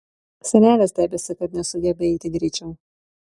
senelė stebisi kad nesugebi eiti greičiau